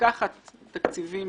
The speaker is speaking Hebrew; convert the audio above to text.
לקחת תקציבים